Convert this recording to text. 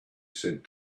said